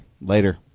Later